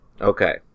Okay